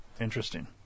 interesting